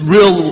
Real